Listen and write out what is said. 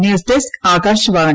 news desk Akashvani